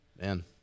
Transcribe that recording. Man